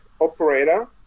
operator